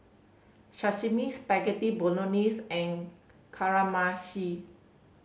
Sashimi Spaghetti Bolognese and Kamameshi